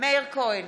מאיר כהן,